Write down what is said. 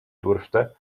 durfte